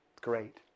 Great